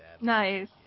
Nice